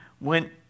went